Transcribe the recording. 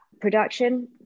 production